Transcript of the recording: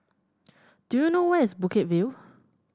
do you know where is Bukit View